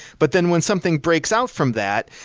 but then when something breaks out from that,